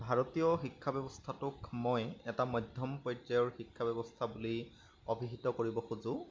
ভাৰতীয় শিক্ষা ব্যৱস্থাটোক মই এটা মধ্যম পৰ্যায়ৰ শিক্ষা ব্যৱস্থা বুলি অভিহিত কৰিব খোজোঁ